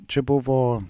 čia buvo